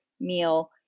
meal